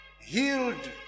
healed